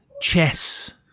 chess